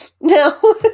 No